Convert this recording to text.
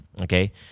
okay